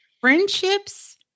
friendships